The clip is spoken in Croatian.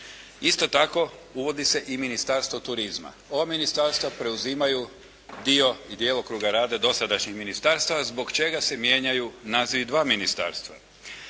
Isto tako uvodi se i Ministarstvo turizma. Ova ministarstva preuzimaju dio i djelokruga rada dosadašnjih ministarstava zbog čega se mijenjaju nazivi dva ministarstva.